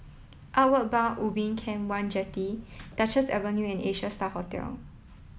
Outward Bound Ubin Camp One Jetty Duchess Avenue and Asia Star Hotel